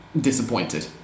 disappointed